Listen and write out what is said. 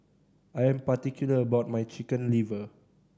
I'm particular about my Chicken Liver